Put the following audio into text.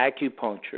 acupuncture